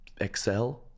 Excel